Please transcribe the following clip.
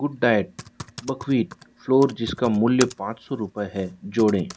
good Diet buckwheat flour जिसका मूल्य पाँच सौ रूपये है जोड़ें